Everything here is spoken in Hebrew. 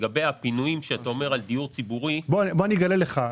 לגבי הפינויים של דיור ציבורי --- אגלה לך,